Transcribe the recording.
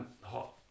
hot